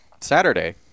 Saturday